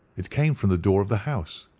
it came from the door of the house.